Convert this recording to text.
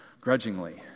grudgingly